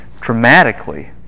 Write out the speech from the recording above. dramatically